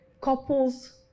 Couples